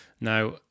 Now